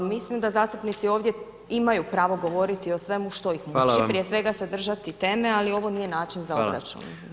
Mislim da zastupnici ovdje imaju pravo govoriti što ih muči [[Upadica: Hvala vam.]] prije svega se držati teme, ali ovo nije način za obračun.